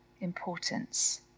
importance